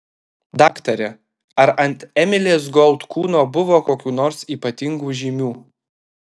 daktare ar ant emilės gold kūno buvo kokių nors ypatingų žymių